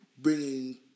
bringing